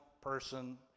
person